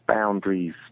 boundaries